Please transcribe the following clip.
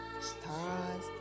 stars